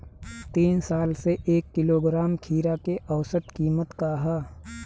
तीन साल से एक किलोग्राम खीरा के औसत किमत का ह?